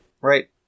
Right